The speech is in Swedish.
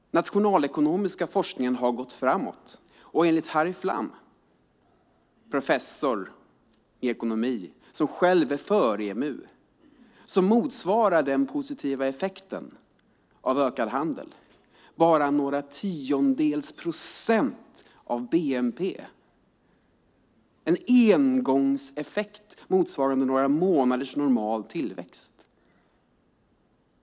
Den nationalekonomiska forskningen har gått framåt. Enligt Harry Flam, professor i ekonomi som själv är för EMU, motsvarar den positiva effekten av ökad handel bara några tiondels procent av bnp, en engångseffekt motsvarande några månaders normal tillväxt.